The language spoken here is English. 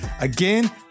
Again